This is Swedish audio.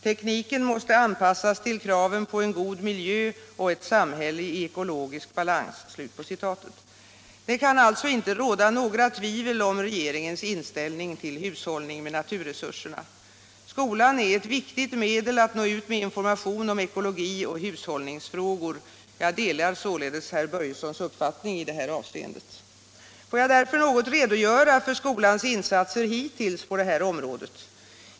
Tekniken måste anpassas till kraven på en god miljö och ett samhälle i ekologisk balans.” Det kan alltså inte råda några tvivel om regeringens inställning till hushållning med naturresurserna. Skolan är ett viktigt medel att nå ut med information om ekologioch hushållningsfrågor. Jag delar således herr Börjessons uppfattning i det här avseendet. Får jag därför något redogöra för skolans insatser hittills på det här området.